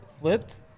flipped